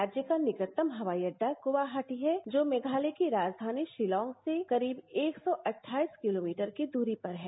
राज्य का निकटतम हवाई अड्डा गुवाहाटों है जो मेघालय की राज्यानी शिलांग से करीब एक सौ अट्ठाइस किलोमीटर की दूरी पर है